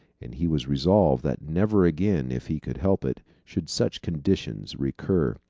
and he was resolved that never again, if he could help it, should such conditions recur.